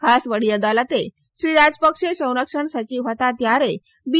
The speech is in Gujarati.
ખાસ વડી અદાલતે શ્રી રાજપક્ષે સંરક્ષણ સયિવ હતા ત્યારે બી